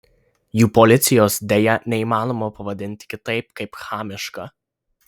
jų policijos deja neįmanoma pavadinti kitaip kaip chamiška